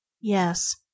Yes